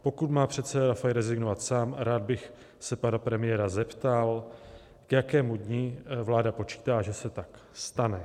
Pokud má předseda Rafaj rezignovat sám, rád bych se pana premiéra zeptal, k jakému dni vláda počítá, že se tak stane.